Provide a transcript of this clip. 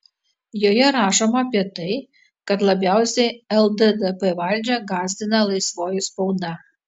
joje rašoma apie tai kad labiausiai lddp valdžią gąsdina laisvoji spauda